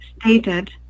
stated